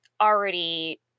already